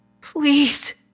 Please